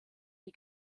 die